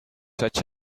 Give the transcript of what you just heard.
such